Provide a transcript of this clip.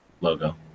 logo